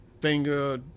finger